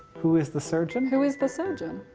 who is the surgeon? who is the surgeon?